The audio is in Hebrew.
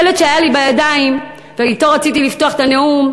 השלט שהיה לי בידיים ואתו רציתי לפתוח את הנאום,